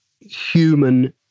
human